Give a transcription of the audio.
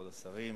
כבוד השרים,